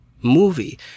movie